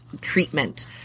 treatment